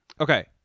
okay